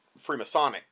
Freemasonic